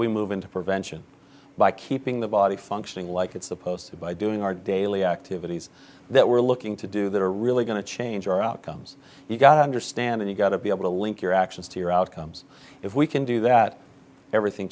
we move into prevention by keeping the body functioning like it's supposed to by doing our daily activities that we're looking to do that are really going to change your outcomes you've got to understand you've got to be able to link your actions to your outcomes if we can do that everything